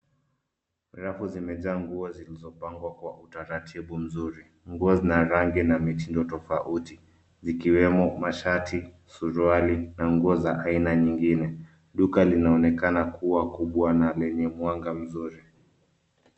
Rafu zimejaa nguo zilizopangwa kwa utaratibu mzuri. Nguo zina rangi na mitindo tofauti. Zikiwemo mashati, suruali, na nguo za aina nyingine. Duka linaonekana kuwa kubwa na lenye mwanga mzuri.